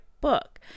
book